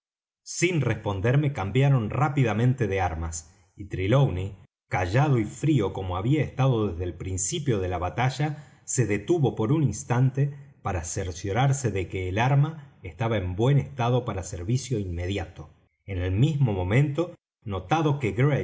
sin responderme cambiaron rápidamente de armas y trelawney callado y frío como había estado desde el principio de la batalla se detuvo por un instante para cerciorarse de que el arma estaba en buen estado para servicio inmediato en el mismo momento notando que